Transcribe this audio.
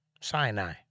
Sinai